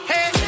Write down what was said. Hey